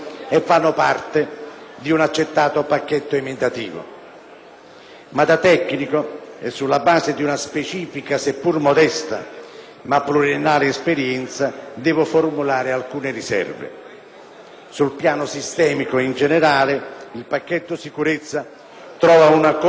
ma da tecnico e sulla base di una specifica, seppur modesta, ma pluriennale esperienza, devo formulare alcune riserve. Sul piano sistemico e in generale il pacchetto sicurezza trova una configurazione che sicuramente non è aderente a